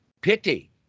pity